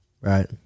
Right